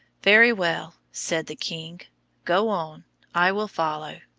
very well, said the king go on i will follow.